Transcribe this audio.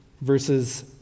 verses